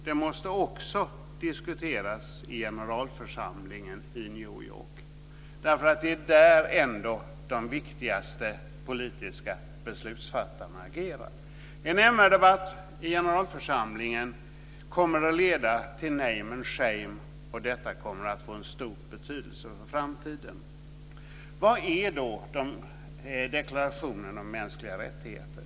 Det måste också diskuteras i generalförsamlingen i New York. Det är ändå där de viktigaste politiska beslutsfattarna agerar. En MR-debatt i generalförsamlingen kommer att leda till name and shame, och detta kommer att få stor betydelse för framtiden. Vad är då deklarationen om mänskliga rättigheter?